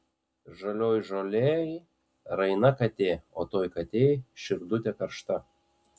žalioj žolėj raina katė o toj katėj širdutė karšta